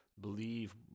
believe